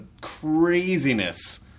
craziness